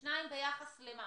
אבל שניים ביחס למה?